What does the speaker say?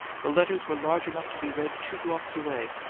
the letters were large enough to be read two blocks away.